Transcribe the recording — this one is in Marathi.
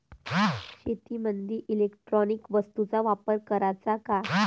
शेतीमंदी इलेक्ट्रॉनिक वस्तूचा वापर कराचा का?